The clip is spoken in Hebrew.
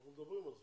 אנחנו מדברים על זה.